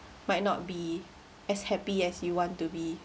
might not be as happy as you want to be